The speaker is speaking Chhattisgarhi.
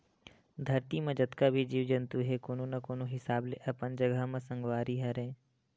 धरती म जतका भी जीव जंतु हे कोनो न कोनो हिसाब ले अपन जघा म संगवारी हरय